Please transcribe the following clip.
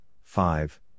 five